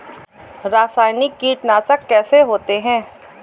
रासायनिक कीटनाशक कैसे होते हैं?